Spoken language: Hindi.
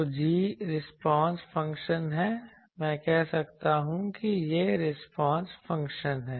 तो g रिस्पांस फंक्शन है मैं कह सकता हूं कि यह रिस्पांस फंक्शन है